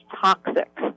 toxic